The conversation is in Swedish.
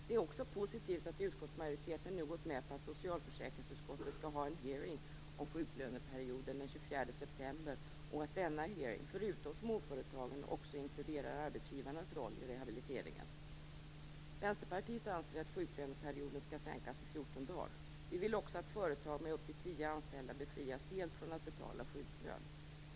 Det är också positivt att utskottsmajoriteten nu gått med på att socialförsäkringsutskottet skall ha en hearing om sjuklöneperioden den 24 september och att denna hearing, förutom småföretagen, också inkluderar arbetsgivarnas roll i rehabiliteringen. Vänsterpartiet anser att sjuklöneperioden skall sänkas till 14 dagar. Vi vill också att företag med upp till tio anställda befrias helt från att betala sjuklön.